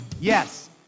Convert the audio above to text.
yes